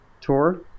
tour